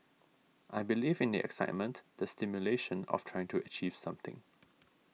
I believe in the excitement the stimulation of trying to achieve something